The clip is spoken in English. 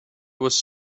was